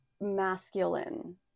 masculine